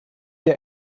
der